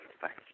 thanks